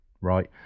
right